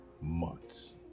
months